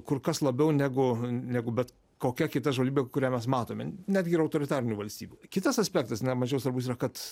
kur kas labiau negu negu bet kokia kita žvalgyba kurią mes matome netgi ir autoritarinių valstybių kitas aspektas ne mažiau svarbus yra kad